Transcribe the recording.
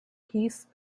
peace